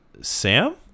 Sam